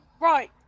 Right